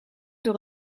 door